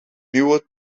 nieuwe